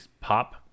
pop